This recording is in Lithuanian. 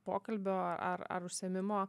pokalbio ar ar užsiėmimo